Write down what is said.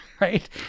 right